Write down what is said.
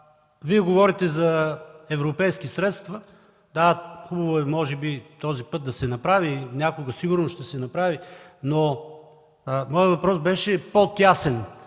Вие говорите за европейски средства. Хубаво е може би този път да се направи, някога сигурно ще се направи, но моят въпрос беше по-тесен.